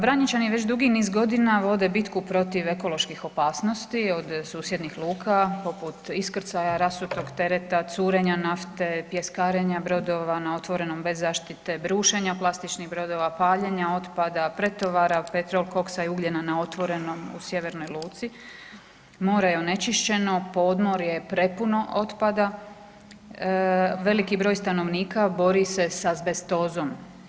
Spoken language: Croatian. Vranjičani već dugi niz godina vode bitku protiv ekoloških opasnosti od susjednih luka poput iskrcaja rasutog tereta, curenja nafte, pjeskarenja brodova na otvorenom bez zaštite, brušenja plastičnih brodova, paljenja otpada, pretovara petrolkoksa i ugljena na otvorenom u sjevernoj luci, more je onečišćeno, podmorje je prepuno otpada, veliki broj stanovnika bori se s azbestozom.